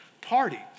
party